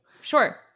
Sure